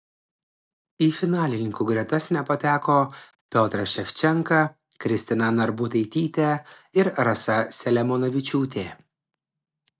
į finalininkų gretas nepateko piotras ševčenka kristina narbutaitytė ir rasa selemonavičiūtė